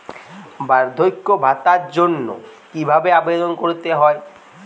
বার্ধক্য ভাতার জন্য কিভাবে আবেদন করতে হয়?